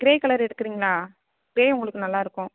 grey colour எடுக்குறீங்களா grey உங்களுக்கு நல்லாருக்கும்